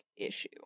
issue